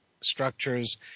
structures